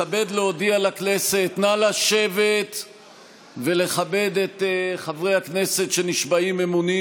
נא לשבת ולכבד את חברי הכנסת שנשבעים אמונים,